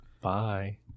bye